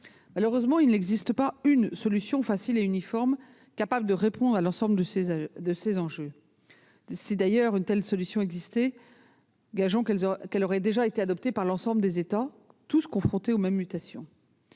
Malheureusement, il n'y a pas de solution unique, facile et uniforme qui réponde à l'ensemble des enjeux ; si une telle solution existait, gageons qu'elle aurait déjà été adoptée par l'ensemble des États, tous confrontés aux mêmes mutations.